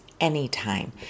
anytime